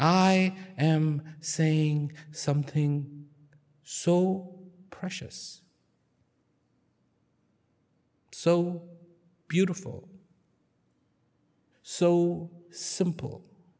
i am saying something so precious so beautiful so simple